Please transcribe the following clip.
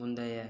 முந்தைய